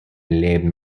leben